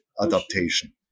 adaptation